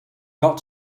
got